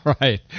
Right